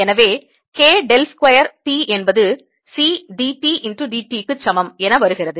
எனவே K del square T என்பது C d T d t க்கு சமம் என வருகிறது